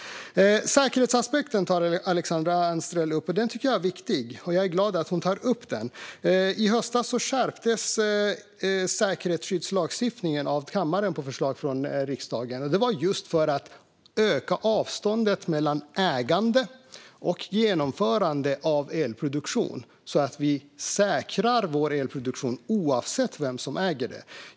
Alexandra Anstrell tog upp säkerhetsaspekten. Jag tycker att den är viktig, och jag är glad att hon tog upp den. I höstas skärptes säkerhetsskyddslagstiftningen av kammaren på förslag från regeringen. Detta gjordes för att öka avståndet mellan ägande och genomförande av elproduktion, så att vi säkrar vår elproduktion oavsett vem som äger den.